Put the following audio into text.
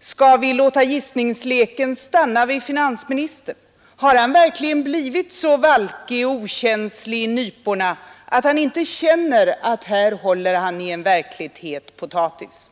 Skall vi låta gissningsleken stanna vid finansministern? Har han verkligen blivit så valkig och okänslig i nyporna att han inte känner att här håller han i en verkligt het potatis?